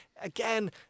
Again